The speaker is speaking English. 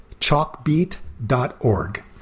chalkbeat.org